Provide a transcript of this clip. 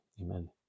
amen